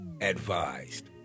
advised